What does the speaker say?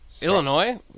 Illinois